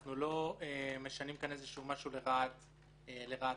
אנחנו לא משנים כאן משהו לרעת העבריינים.